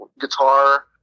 guitar